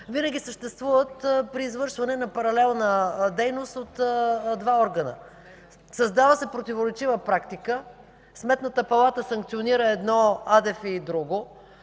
винаги съществуват при извършване на паралелна дейност с два органа. Създава се противоречива практика. Сметната палата санкционира едно, а АДФИ – друго,